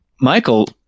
Michael